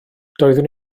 doeddwn